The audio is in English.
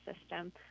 system